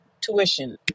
tuition